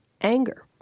anger